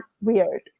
weird